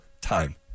time